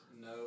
no